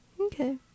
Okay